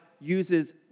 uses